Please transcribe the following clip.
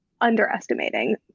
underestimating